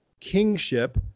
kingship